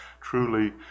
truly